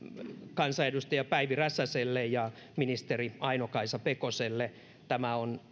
kansanedustaja päivi räsäselle ja ministeri aino kaisa pekoselle tämä on